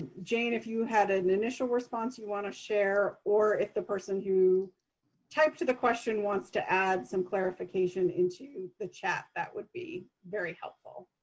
jane, if you had an initial response you want to share, or if the person who typed to the question wants to add some clarification into the chat, that would be very helpful.